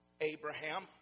Abraham